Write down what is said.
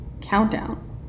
countdown